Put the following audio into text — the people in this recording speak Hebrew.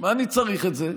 מה אני צריך את זה?